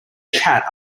chat